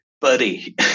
buddy